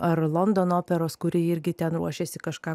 ar londono operos kūrėjai irgi ten ruošėsi kažką